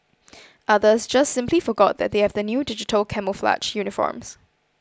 others just simply forgot that they have the new digital camouflage uniforms